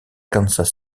kansas